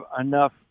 enough